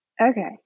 Okay